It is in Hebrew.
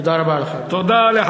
תודה רבה לך, אדוני.